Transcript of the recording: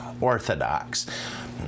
orthodox